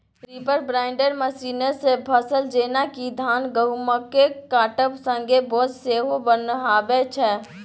reaper binder मशीनसँ फसल जेना कि धान गहुँमकेँ काटब संगे बोझ सेहो बन्हाबै छै